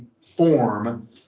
form